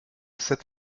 cet